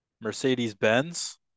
Mercedes-Benz